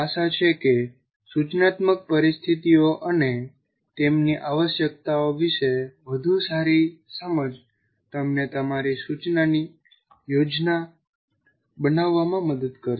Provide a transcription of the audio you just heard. આશા છે કે સૂચનાત્મક પરિસ્થિતિઓ અને તેમની આવશ્યકતાઓ વિશે વધુ સારી સમજ તમને તમારી સૂચનાની યોજના બનાવવામાં મદદ કરશે